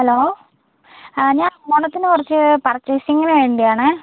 hello ആ ഞാൻ ഓണത്തിന് കുറച്ച് പർച്ചേസിംഗിന് വേണ്ടിയാണേ